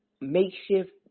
makeshift